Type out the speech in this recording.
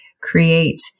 create